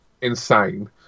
insane